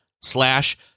slash